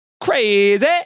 crazy